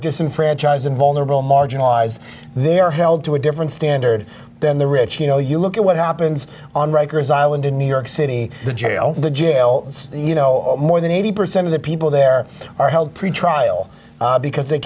disenfranchised and vulnerable marginalized they're held to a different standard than the rich you know you look at what happens on rikers island in new york sydney the jail the jail you know more than eighty percent of the people there are held pretrial because they